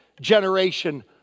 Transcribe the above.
generation